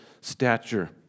stature